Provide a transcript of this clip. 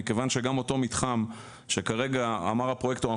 מכיוון שגם אותו מתחם שכרגע אמר הפרויקטור: